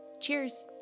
Cheers